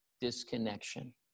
disconnection